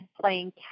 playing